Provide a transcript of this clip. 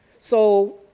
so,